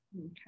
Okay